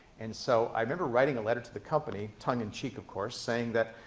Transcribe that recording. and so i remember writing a letter to the companyotongue in cheek, of courseosaying that,